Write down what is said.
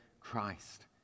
Christ